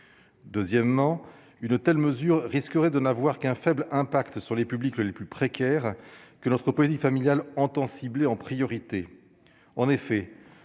Deuxièmement, une telle mesure risquerait de n'avoir qu'un faible impact sur les publics les plus précaires que notre politique familiale entend cibler en priorité,